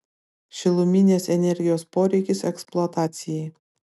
šiluminės energijos poreikis eksploatacijai